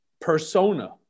persona